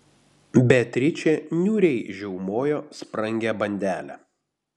beatričė niūriai žiaumojo sprangią bandelę